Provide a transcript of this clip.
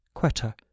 Quetta